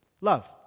love